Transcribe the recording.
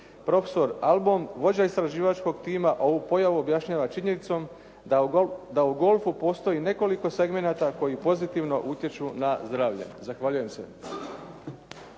Profesor Albom vođa istraživačkog tima ovu pojavu objašnjava činjenicom da u golfu postoji nekoliko segmenata koji pozitivno utječu na zdravlje. Zahvaljujem se.